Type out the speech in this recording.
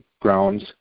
grounds